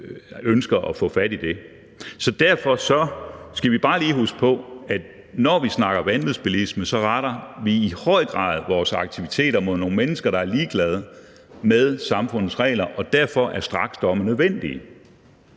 ønsker at få fat i det. Derfor skal man bare lige huske på, at når vi snakker vanvidsbilisme, så retter vi i høj grad vores aktiviteter mod nogle mennesker, der er ligeglade med samfundets regler, og derfor er straksdomme nødvendige